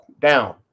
down